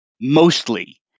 mostly